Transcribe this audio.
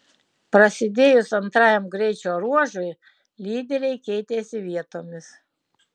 prasidėjus antrajam greičio ruožui lyderiai keitėsi vietomis